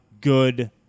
good